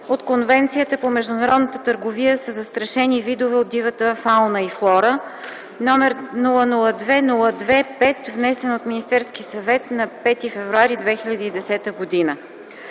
от Конвенцията по международната търговия със застрашени видове от дивата фауна и флора № 002-02-5, внесен от Министерския съвет на 5 февруари 2010 г.